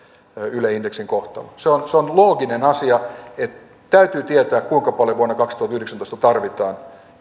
yle indeksin kohtalo se on se on looginen asia että täytyy tietää kuinka paljon vuonna kaksituhattayhdeksäntoista tarvitaan